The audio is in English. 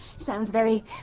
sounds very,